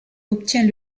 obtient